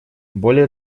более